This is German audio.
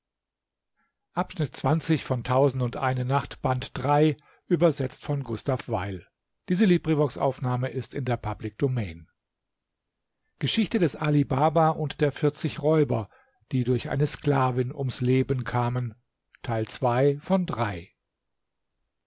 geschichte des ali baba und der vierzig räuber die durch eine sklavin ums leben kamen